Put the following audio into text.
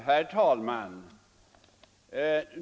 Herr talman!